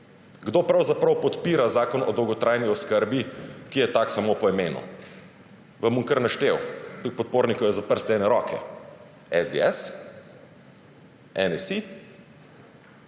Kdo pravzaprav podpira Zakon o dolgotrajni oskrbi, ki je tak samo po imenu? Vam bom kar naštel. Teh podpornikov je za prste ene roke. SDS, NSi